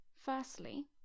Firstly